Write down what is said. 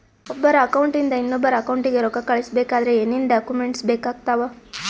ಒಬ್ಬರ ಅಕೌಂಟ್ ಇಂದ ಇನ್ನೊಬ್ಬರ ಅಕೌಂಟಿಗೆ ರೊಕ್ಕ ಕಳಿಸಬೇಕಾದ್ರೆ ಏನೇನ್ ಡಾಕ್ಯೂಮೆಂಟ್ಸ್ ಬೇಕಾಗುತ್ತಾವ?